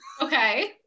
Okay